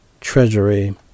treasury